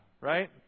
right